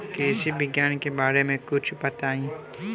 कृषि विज्ञान के बारे में कुछ बताई